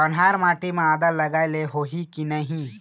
कन्हार माटी म आदा लगाए ले होही की नहीं?